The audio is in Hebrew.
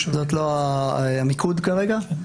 זה לא המיקוד כרגע.